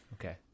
Okay